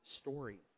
story